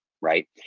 right